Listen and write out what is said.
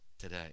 today